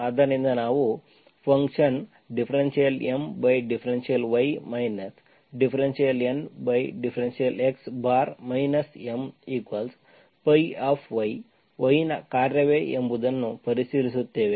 ಆದ್ದರಿಂದ ನಾವು function ∂M∂y ∂N∂x Mϕ y ನ ಕಾರ್ಯವೇ ಎಂಬುದನ್ನು ಪರಿಶೀಲಿಸುತ್ತೇವೆ